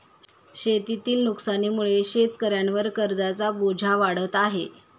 शेतीतील नुकसानीमुळे शेतकऱ्यांवर कर्जाचा बोजा वाढत आहे